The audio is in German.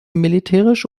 militärisch